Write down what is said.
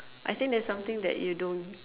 I think there's something that you don't